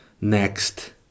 next